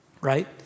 right